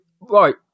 Right